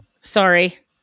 Sorry